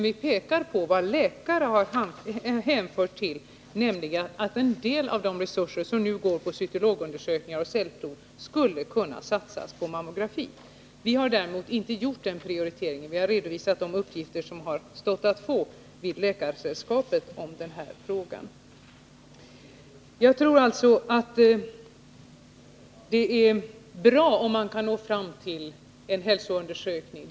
Vi pekar dock på vad läkare har hänvisat till, nämligen att en del av de resurser som nu går till cytologundersökningar och cellprov skulle kunna satsas på mammografi. Vi har däremot inte gjort denna prioritering. Vi har redovisat de uppgifter som har stått att få genom Läkaresällskapet i denna fråga. Jag tror alltså att det är bra om man kan nå fram till en hälsoundersökning.